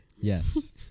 Yes